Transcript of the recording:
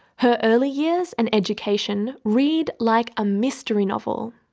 her early years and education read like a mystery novel,